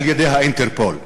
על-ידי ה"אינטרפול".